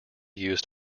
used